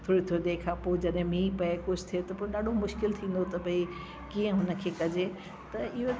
थोरी थोरी देरि खां पोइ जॾहिं मींहुं पए कुझु थे त पोइ ॾाढो मुश्क़िलु थींदो थो पए कीअं हुन खे कजे त इहो